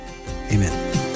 amen